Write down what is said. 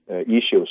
issues